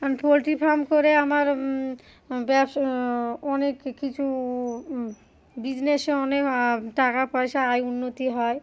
কারণ poultry farm করে আমার ব্যবসা অনেক কিছু বিজনেসে অনেক আ টাকা পয়সা আয় উন্নতি হয়